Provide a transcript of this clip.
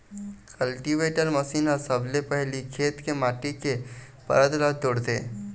cultivator machine ह सबले पहिली खेत के माटी के परत ल तोड़थे